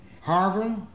Harvard